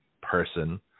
person